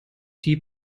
die